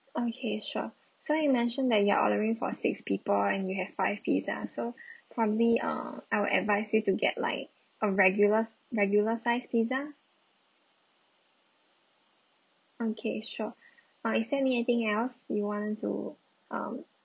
okay sure so you mentioned that you are ordering for six people and you have five pizza so probably uh I will advise you to get like a regular s~ regular size pizza okay sure uh is there anything else you want to um